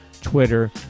Twitter